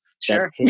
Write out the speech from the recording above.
Sure